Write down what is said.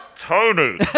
Tony